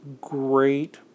great